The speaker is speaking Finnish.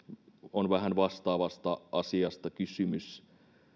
on vähän vastaavasta asiasta kysymys